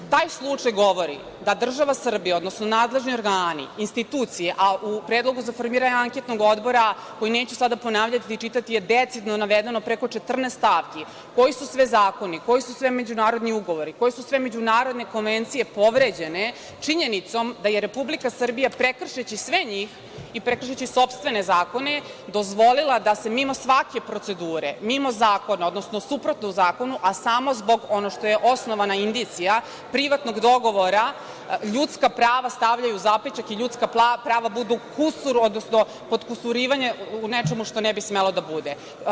Taj slučaj govori da država Srbija, odnosno nadležni organi, institucije, a u predlogu za formiranje anketnog odbora, koji neću sada ponavljati ni čitati, je decidno navedeno preko 14 stavki koji su sve zakoni, koji su sve međunarodni ugovori, koje su sve međunarodne konvencije povređene činjenicom da je Republika Srbija, prekršeći sve njih i prekršeći sopstvene zakone, dozvolila da se mimo svake procedure, mimo zakona, odnosno suprotno zakonu, a samo zbog onoga što je osnovana indicija privatnog dogovora, ljudska prava stavljaju u zapećak i ljudska prava budu kusur, odnosno potkusurivanje u nečemu što ne bi smelo da bude.